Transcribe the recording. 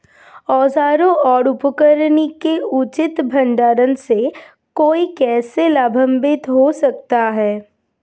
औजारों और उपकरणों के उचित भंडारण से कोई कैसे लाभान्वित हो सकता है?